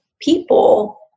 people